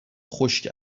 خشک